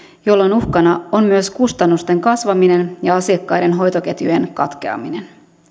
jolloin uhkana on myös kustannusten kasvaminen ja asiakkaiden hoitoketjujen katkeaminen